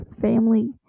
family